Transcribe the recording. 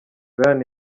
ryan